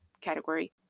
category